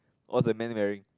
what's the man wearing